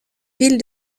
ville